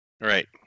Right